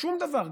שום דבר,